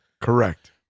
Correct